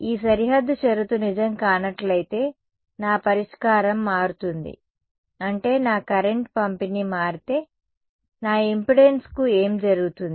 ఈ సరిహద్దు షరతు నిజం కానట్లయితే నా పరిష్కారం మారుతుంది అంటే నా కరెంట్ పంపిణీ మారితే నా ఇంపెడెన్స్కు ఏమి జరుగుతుంది